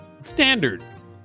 Standards